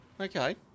Okay